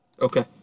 Okay